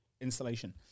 installation